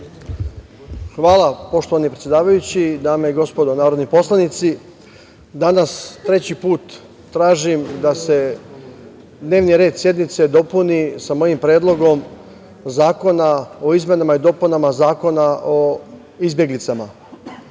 Hvala, poštovani predsedavajući. Dame i gospodo narodni poslanici, danas treći put tražim da se dnevni red sednice dopuni sa mojim Predlogom zakona o izmenama i dopunama Zakona o izbeglicama. Ovim